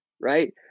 right